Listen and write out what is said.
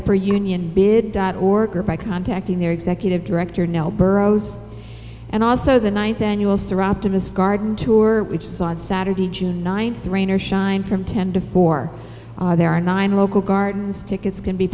upper union big dot org or by contacting their executive director now boroughs and also the ninth annual surat to his garden tour which side saturday june ninth rain or shine from ten to four there are nine local gardens tickets can be